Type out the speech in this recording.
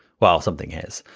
well, something has.